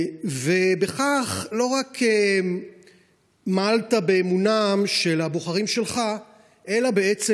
ובכך לא רק מעלת באמונם של הבוחרים שלך אלא בעצם